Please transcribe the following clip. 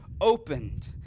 opened